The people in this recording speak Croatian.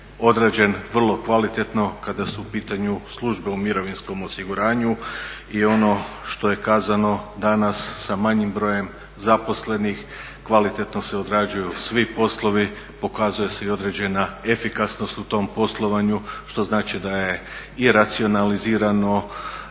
odrađen vrlo kvalitetno kada su u pitanju službe u mirovinskom osiguranju. I ono što je kazano danas sa manjim brojem zaposlenih kvalitetno se odrađuju svi poslovi, pokazuje se i određena efikasnost u tom poslovanju što znači da je i racionalizirano